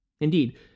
Indeed